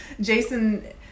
Jason